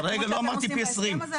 כמו שאתם עושים בהסכם הזה,